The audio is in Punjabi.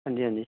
ਹਾਂਜੀ ਹਾਂਜੀ